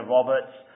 Roberts